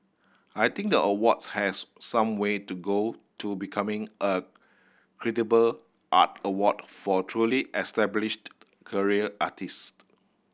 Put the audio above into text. I think the awards has some way to go to becoming a credible art award for truly established career artist